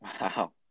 Wow